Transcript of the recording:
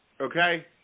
Okay